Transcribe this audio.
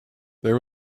there